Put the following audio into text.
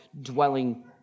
dwelling